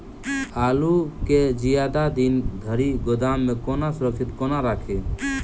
आलु केँ जियादा दिन धरि गोदाम मे कोना सुरक्षित कोना राखि?